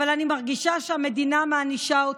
אבל אני מרגישה שהמדינה מענישה אותי.